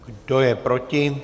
Kdo je proti?